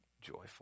joyful